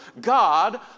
God